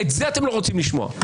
את זה אתם לא רוצים לשמוע.